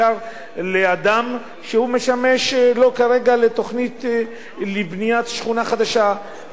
שהוא משמש לו כרגע לתוכנית לבניית שכונה חדשה,